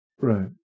Right